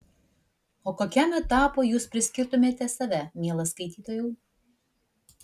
o kokiam etapui jūs priskirtumėte save mielas skaitytojau